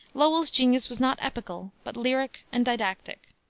lowell's genius was not epical, but lyric and didactic.